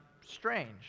strange